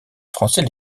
français